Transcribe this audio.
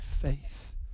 faith